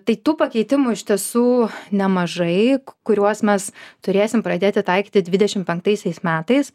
tai tų pakeitimų iš tiesų nemažai kuriuos mes turėsim pradėti taikyti dvidešim penktaisiais metais